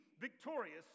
victorious